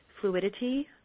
fluidity